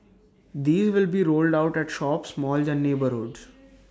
these will be rolled out at shops malls and neighbourhoods